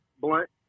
blunt